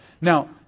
Now